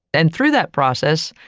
and through that process,